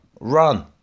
Run